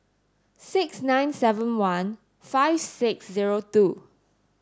six nine seven one five six zero two